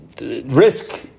risk